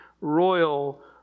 royal